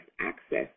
access